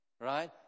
right